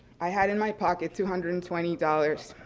i had in my pocket two hundred and twenty dollars.